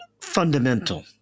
fundamental